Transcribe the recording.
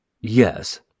Yes